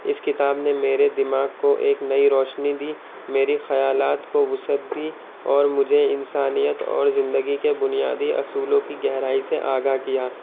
اس کتاب نے میرے دماغ کو ایک نئی روشنی دی میرے خیالات کو وسعت دی اور مجھے انسانیت اور زندگی کے بنیادی اصولوں کی گہرائی سے آگاہ کیا